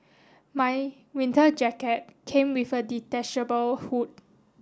my winter jacket came with a detachable hood